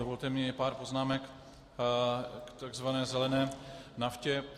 Dovolte i mně pár poznámek k tzv. zelené naftě.